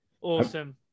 Awesome